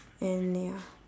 and ya